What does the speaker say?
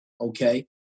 Okay